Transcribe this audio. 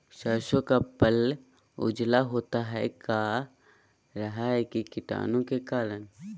सरसो का पल उजला होता का रहा है की कीटाणु के करण?